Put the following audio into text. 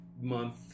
month